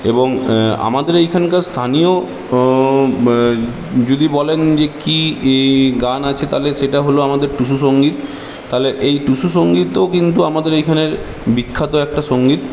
এবং আমদের এখানকার স্থানীয় যদি বলেন যে কি গান আছে তালে সেটা হল আমাদের টুসু সঙ্গীত তাহলে এই টুসু সঙ্গীতও কিন্তু আমদের এখানে বিখ্যাত একটা সঙ্গীত